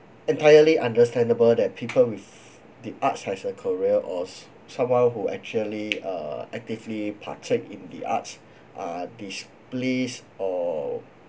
entirely understandable that people with the arts has a career of someone who actually uh actively partake in the arts are displeased or